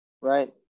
right